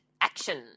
action